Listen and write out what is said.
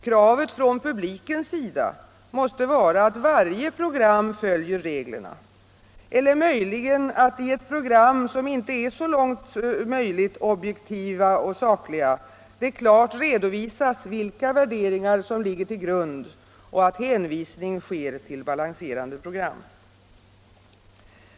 Kravet från publikens sida måste vara att varje program följer reglerna eller möjligen att i program, som icke är så långt möjligt objektiva och sakliga, det klart redovisas vilka värderingar som ligger till grund och att hänvisning sker till balanserande program.